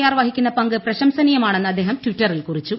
R വഹിക്കുന്ന പങ്ക് പ്രശംസനീയമാണെന്ന് അദ്ദേഹം ട്വിറ്ററിൽ കുറിച്ചു